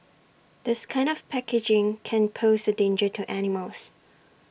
this kind of packaging can pose A danger to animals